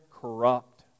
corrupt